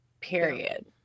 period